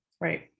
Right